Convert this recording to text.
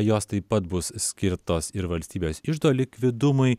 jos taip pat bus skirtos ir valstybės iždo likvidumui